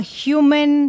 human